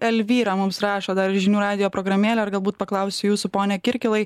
elvyra mums rašo dar į žinių radijo programėlę ir galbūt paklausiu jūsų pone kirkilai